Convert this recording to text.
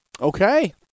Okay